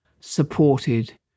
supported